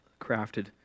crafted